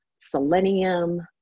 selenium